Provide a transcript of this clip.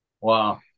Wow